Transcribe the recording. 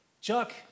Chuck